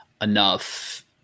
enough